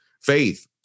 faith